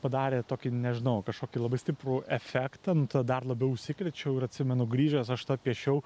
padarė tokį nežinau kažkokį labai stiprų efektą nu tada dar labiau užsikrėčiau ir atsimenu grįžęs aš tą piešiau